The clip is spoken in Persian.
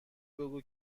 بگو